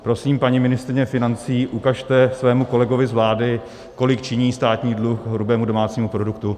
Prosím, paní ministryně financí, ukažte svému kolegovi z vlády, kolik činí státní dluh k hrubému domácímu produktu.